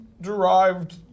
derived